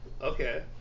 okay